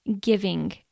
giving